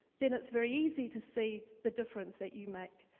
then it's very easy to say the difference that you make.